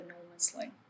enormously